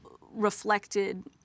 reflected